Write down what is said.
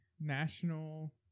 national